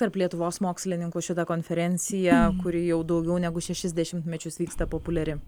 tarp lietuvos mokslininkų šita konferencija kuri jau daugiau negu šešis dešimtmečius vyksta populiari